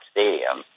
Stadium